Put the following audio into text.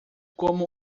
como